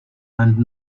and